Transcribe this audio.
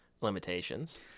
limitations